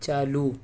چالو